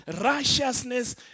righteousness